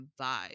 vibe